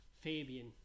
Fabian